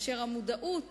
אשר המודעות